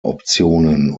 optionen